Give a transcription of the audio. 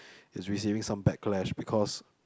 is receiving some back clash because